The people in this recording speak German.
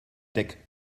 deck